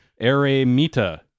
Eremita